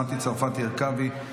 מטי צרפתי הרכבי,